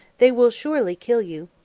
they will surely kill you.